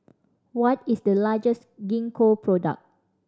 what is the largest Gingko product